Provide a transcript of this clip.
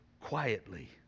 quietly